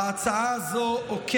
ההצעה הזו לא מתכתבת עם פסיקת בג"ץ.